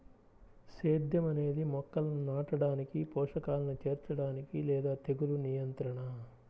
సేద్యం అనేది మొక్కలను నాటడానికి, పోషకాలను చేర్చడానికి లేదా తెగులు నియంత్రణ